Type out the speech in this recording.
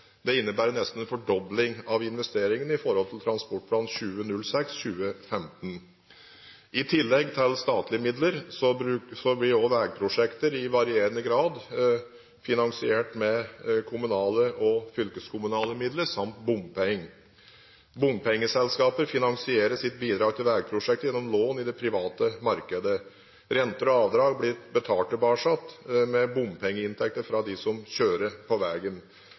Det innebærer nesten en fordobling av investeringene i forhold til Norsk transportplan 2006–2015. I tillegg til statlige midler vil også veiprosjekter i varierende grad bli finansiert med kommunale og fylkeskommunale midler samt bompenger. Bompengeselskaper finansierer sitt bidrag til veiprosjekter gjennom lån i det private markedet. Renter og avdrag blir betalt tilbake med bompengeinntekter fra dem som kjører på